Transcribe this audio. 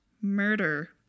murder